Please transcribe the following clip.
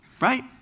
Right